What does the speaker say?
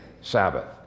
Sabbath